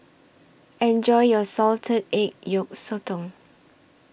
Enjoy your Salted Egg Yolk Sotong